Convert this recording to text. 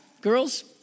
girls